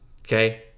okay